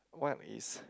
what is